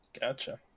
Gotcha